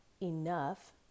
enough